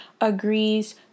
agrees